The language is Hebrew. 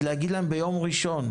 יגידו להם להגיע ביום ראשון.